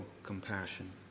Compassion